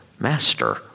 Master